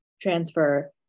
transfer